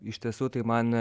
iš tiesų tai man